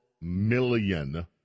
million